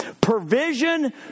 Provision